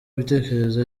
ibitekerezo